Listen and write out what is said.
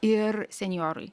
ir senjorui